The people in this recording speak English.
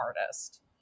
artist